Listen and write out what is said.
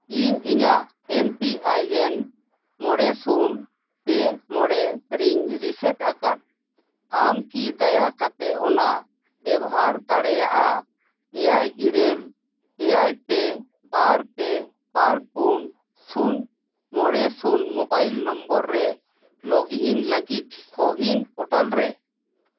ᱤᱧ ᱤᱧᱟᱹᱜ M P I N ᱢᱚᱬᱮ ᱥᱩᱱ ᱯᱮ ᱢᱚᱬᱮ ᱨᱤᱱ ᱨᱤᱥᱮᱹᱴ ᱟᱠᱟᱜ ᱟᱢ ᱠᱤ ᱫᱟᱭᱟ ᱠᱟᱛᱮᱫ ᱚᱱᱟ ᱵᱮᱵᱚᱦᱟᱨ ᱫᱟᱲᱮᱭᱟᱜᱼᱟ ᱮᱭᱟᱭ ᱤᱨᱟᱹᱞ ᱮᱭᱟᱭ ᱯᱮ ᱵᱟᱨ ᱯᱮ ᱵᱟᱨ ᱯᱩᱱ ᱥᱩᱱ ᱢᱚᱬᱮ ᱥᱩᱱ ᱢᱳᱵᱟᱭᱤᱞ ᱱᱚᱢᱵᱚᱨ ᱨᱮ ᱞᱚᱜᱽ ᱤᱱ ᱞᱟᱹᱜᱤᱫ ᱠᱳᱼᱤᱱ ᱯᱨᱚᱴᱟᱞ ᱨᱮ